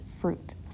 fruit